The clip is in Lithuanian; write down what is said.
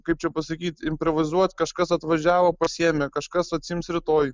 kaip čia pasakyt improvizuot kažkas atvažiavo pasiėmė kažkas atsiims rytoj